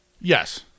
Yes